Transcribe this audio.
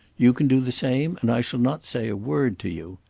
you can do the same, and i shall not say a word to you.